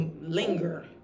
linger